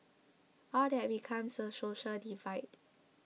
all that becomes a social divide